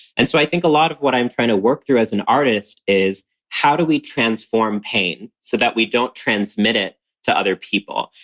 and so i think a lot of what i'm trying to work through as an artist is how do we transform pain so that we don't transmit it to other people?